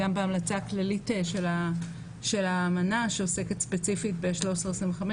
גם בהמלצה כללית של האמנה שעוסקת ספציפית ב-1325,